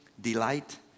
delight